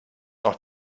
noch